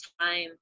time